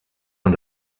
und